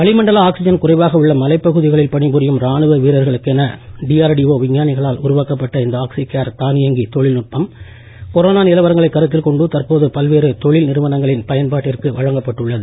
வளிமண்டல உள்ள மலைப்பகுதிகளில் பணி புரியும் ராணுவ வீரர்களுக்கென டிஆர்டிஓ விஞ்ஞானிகளால் உருவாக்கப்பட்ட இந்த ஆக்சிகேர் தானியங்கித் தொழில்நுட்பம் கொரோனா நிலவரங்களை கருத்தில் கொண்டு தற்போது பல்வேறு தொழில்நிறுவனங்களின் பயன்பாட்டிற்கு வழங்கப்பட்டுள்ளது